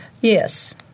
Yes